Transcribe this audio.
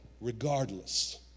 regardless